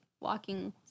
walking